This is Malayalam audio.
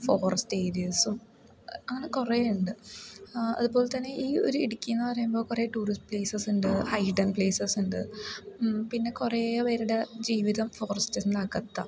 ഫോറസ്റ്റ് ഏരിയാസും അങ്ങനെ കുറേ ഉണ്ട് അതു പോലെ തന്നെ ഈ ഒരു ഇടുക്കിയെന്നു പറയുമ്പോൾ കുറേ ടൂറിസ്റ്റ് പ്ലേസസ്സുണ്ട് ഹിഡ്ഡൺ പ്ലേസസ്സുണ്ട് പിന്നെ കുറേ പേരുടെ ജീവിതം ഫോറസ്റ്റിന് അകത്താണ്